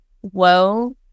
whoa